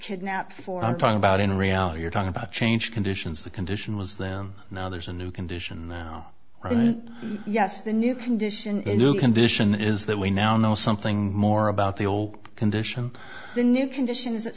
kidnapped for i'm talking about in reality you're talking about change conditions the condition was them now there's a new condition now yes the new condition is new condition is that we now know something more about the old condition the new condition